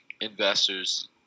investors